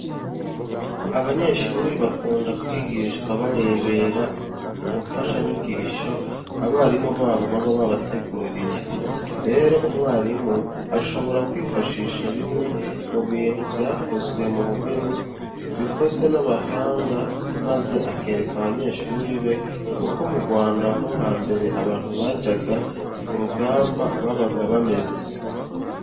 Abanyeshuri bakunda kwigishwa barebera ku mfashanyigisho abarimu babo baba babateguriye. Rero umwarimu ashobora kwifashisha bimwe mu bintu byakozwe mu bugeni bikozwe n'abahanga maze akereka abanyeshuri be uko mu Rwanda rwo hambere abantu bajyaga ku rugamba babaga bameze.